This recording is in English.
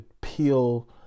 peel